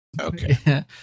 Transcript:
Okay